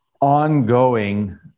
ongoing